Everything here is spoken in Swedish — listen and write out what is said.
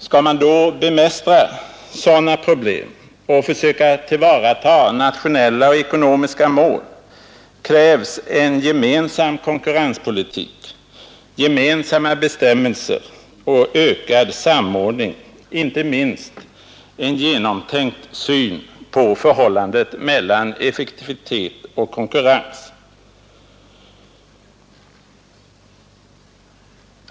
Skall man bemästra sådana och EEC problem och försöka tillvarata nationella och ekonomiska mål krävs en gemensam konkurrenspolitik, gemensamma bestämmelser och ökad samordning, inte minst en genomtänkt syn på förhållandet mellan effektivitet och konkurrens.